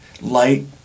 light